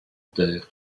terre